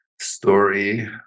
story